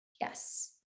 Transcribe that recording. yes